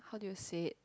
how do you say it